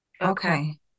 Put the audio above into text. Okay